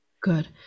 Good